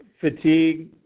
fatigue